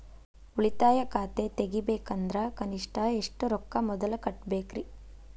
ಉಳಿತಾಯ ಖಾತೆ ತೆಗಿಬೇಕಂದ್ರ ಕನಿಷ್ಟ ಎಷ್ಟು ರೊಕ್ಕ ಮೊದಲ ಕಟ್ಟಬೇಕ್ರಿ?